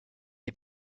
est